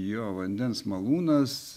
jo vandens malūnas